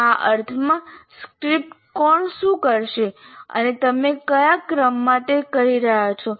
આ અર્થમાં સ્ક્રિપ્ટ કોણ શું કરશે અને તમે કયા ક્રમમાં તે કરી રહ્યા છો